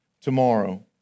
tomorrow